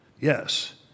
Yes